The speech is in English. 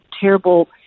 terrible